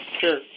Sure